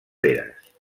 peres